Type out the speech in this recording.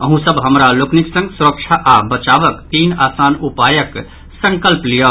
अहूँ सभ हमरा लोकनिक संग सुरक्षा आ बचावक तीन आसान उपायक संकल्प लियऽ